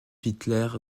hitler